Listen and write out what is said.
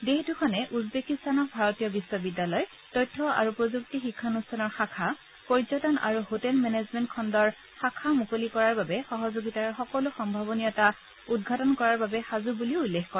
দেশ দুখনে উজবেকিস্তানক ভাৰতীয় বিখ্বিদ্যালয় তথ্য আৰু প্ৰযুক্তি শিক্ষানুষ্ঠানৰ শাখা পৰ্যটন আৰু হোটেল মেনেজমেণ্ট খণ্ডৰ শাখা মুকলি কৰাৰ বাবে সহযোগিতাৰ সকলো সম্ভাৱনীয়তা উদ্ঘাটন কৰাৰ বাবে সাজ বলিও প্ৰকাশ কৰে